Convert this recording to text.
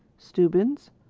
stubbins,